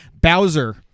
Bowser